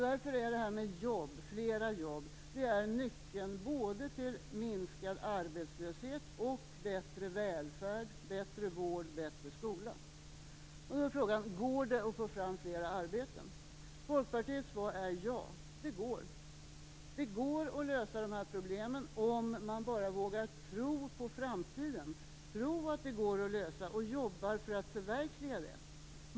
Därför är fler jobb nyckeln till minskad arbetslöshet, bättre välfärd, bättre vård och bättre skola. Då är frågan: Går det att få fram fler arbeten? Folkpartiets svar är ja, det går. Det går att lösa de här problemen om man bara vågar tro på framtiden, tro att det här går att lösa och jobba för att förverkliga det.